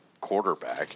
quarterback